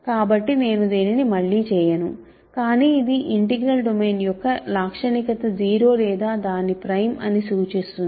కాబట్టి నేను దీనిని మళ్ళీ చేయను కాని ఇది ఇంటిగ్రల్ డొమైన్యొక్క లాక్షణికత 0 లేదా దాని ప్రైమ్ అని చూపిస్తుంది